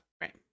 Right